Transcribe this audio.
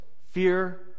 Fear